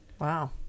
Wow